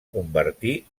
convertir